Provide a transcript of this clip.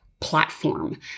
platform